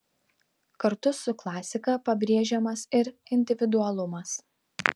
kartu su klasika pabrėžiamas ir individualumas